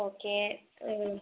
okay മ്